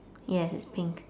yes it's pink